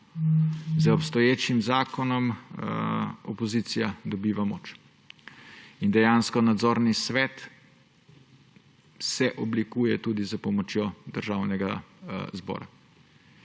Z obstoječim zakonom opozicija dobiva moč. Dejansko se nadzorni svet oblikuje tudi s pomočjo Državnega zbora.